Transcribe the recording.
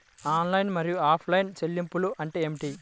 Online మరియు offline చెల్లింపులు అంటే ఏమిటి?